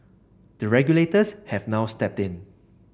the regulators have now stepped in